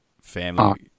family